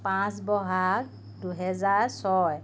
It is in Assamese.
পাঁচ বহাগ দুহেজাৰ ছয়